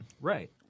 Right